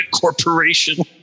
corporation